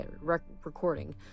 recording